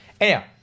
Anyhow